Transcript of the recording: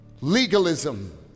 legalism